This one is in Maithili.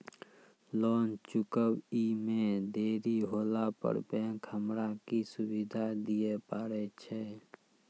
लोन चुकब इ मे देरी होला पर बैंक हमरा की सुविधा दिये पारे छै?